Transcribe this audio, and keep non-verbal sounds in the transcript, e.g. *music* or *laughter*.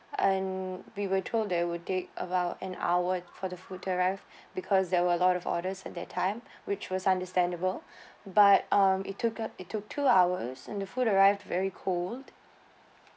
and we were told that it would take about an hour for the food arrived *breath* because there were a lot of orders at that time which was understandable *breath* but um it took it took two hours and the food arrived very cold